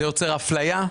זה יוצר אפליה,